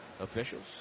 officials